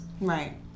Right